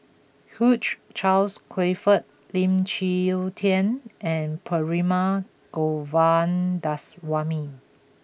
Hugh Charles Clifford Lim Chwee Chian and Perumal Govindaswamy